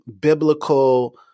biblical